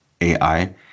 AI